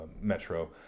metro